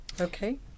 Okay